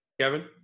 Kevin